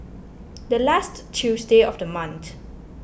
the last Tuesday of the month